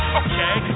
okay